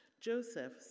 Joseph